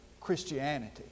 Christianity